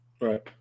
Right